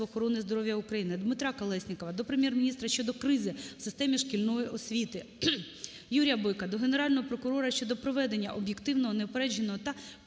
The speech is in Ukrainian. дякую.